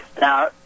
Now